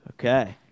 Okay